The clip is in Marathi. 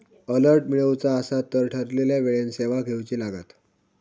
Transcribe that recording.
अलर्ट मिळवुचा असात तर ठरवलेल्या वेळेन सेवा घेउची लागात